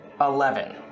Eleven